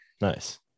Nice